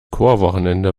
chorwochenende